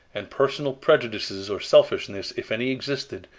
and personal prejudices or selfishness, if any existed,